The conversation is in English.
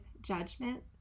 judgment